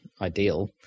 ideal